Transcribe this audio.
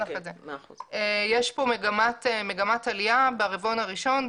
יש פה מגמת עלייה ברבעון הראשון.